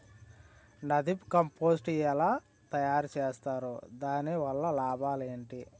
NADEP compost ఎలా తయారు చేస్తారు? దాని వల్ల లాభాలు ఏంటి?